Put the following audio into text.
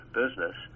business